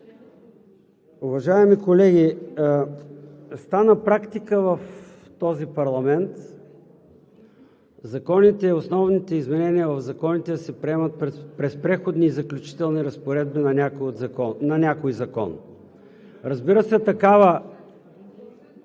Уважаеми колеги, стана практика в този парламент законите и основните изменения в тях да се приемат през Преходни и заключителни разпоредби на някой закон. Разбира се, такава